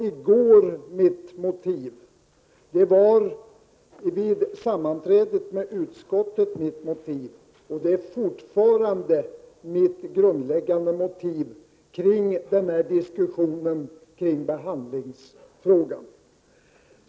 Det var mitt motiv vid sammanträdet med utskottet, och det är fortfarande mitt grundläggande motiv i diskussionen om behandlingen.